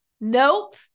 Nope